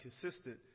consistent